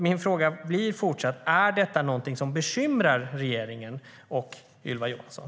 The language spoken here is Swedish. Min fråga blir: Är detta någonting som bekymrar regeringen och Ylva Johansson?